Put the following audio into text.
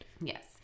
Yes